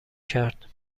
کرد